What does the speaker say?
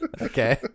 Okay